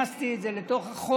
הכנסתי את זה לחוק